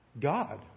God